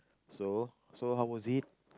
so so how was it